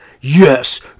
yes